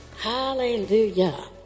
Hallelujah